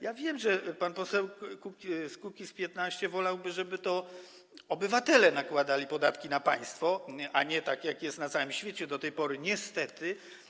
Ja wiem, że pan poseł z Kukiz’15 wolałby, żeby to obywatele nakładali podatki na państwo, a nie tak jak jest na całym świecie do tej pory niestety.